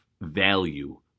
value